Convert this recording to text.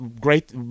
great